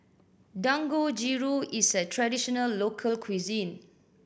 dangojiru is a traditional local cuisine